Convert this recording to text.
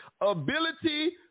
ability